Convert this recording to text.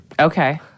Okay